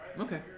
Okay